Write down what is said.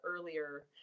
earlier